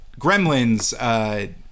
Gremlins